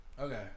Okay